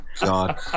God